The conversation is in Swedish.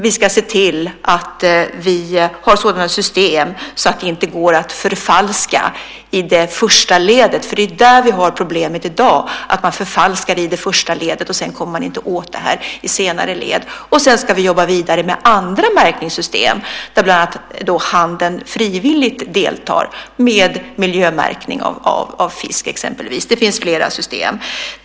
Vi ska se till att vi har sådana system så att det inte går att förfalska i det första ledet eftersom det är där som vi har problemet i dag, alltså att man förfalskar i det första ledet och att man sedan inte kommer åt detta i senare led. Sedan ska vi jobba vidare med andra märkningssystem där bland annat handeln frivilligt deltar med miljömärkning av fisk exempelvis. Det finns flera system.